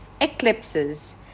Eclipses